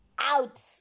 out